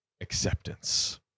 acceptance